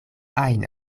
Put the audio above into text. ajn